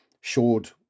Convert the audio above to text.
showed